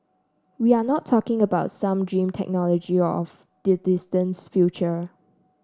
we are not talking about some dream technology of the distant future